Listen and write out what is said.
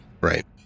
Right